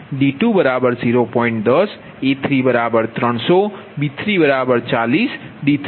10 a3300 b340 d30